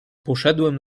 poszedłem